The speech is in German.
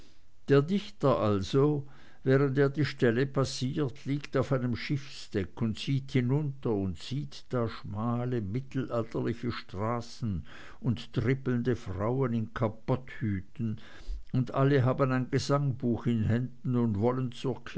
der dichter also während er die stelle passiert liegt auf einem schiffsdeck und sieht hinunter und sieht da schmale mittelalterliche straßen und trippelnde frauen in kapotthüten und alle haben ein gesangbuch in händen und wollen